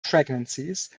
pregnancies